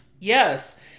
Yes